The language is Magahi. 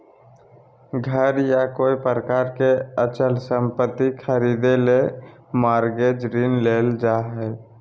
घर या कोय प्रकार के अचल संपत्ति खरीदे ले मॉरगेज ऋण लेल जा हय